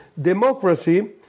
Democracy